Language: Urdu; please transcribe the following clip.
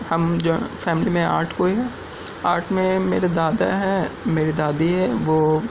ہم جو ہیں فیملی میں آٹھ کوئی ہیں آٹھ میں میرے دادا ہیں میری دادی ہے وہ